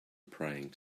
praying